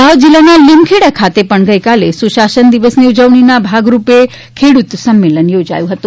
દાહોદ જિલ્લાના લીમખેડા ખાતે ગઈકાલે સુશાસન દિવસની ઉજવણીના ભાગરૂપે ખેડૂત સંમેલન યોજાયુ હતુ